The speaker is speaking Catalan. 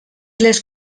les